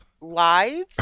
live